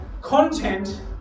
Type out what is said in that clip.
content